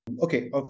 Okay